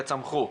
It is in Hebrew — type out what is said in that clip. צמחו.